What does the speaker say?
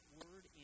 word